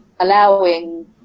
allowing